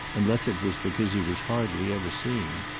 unless it was because he was hardly ever seen.